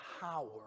power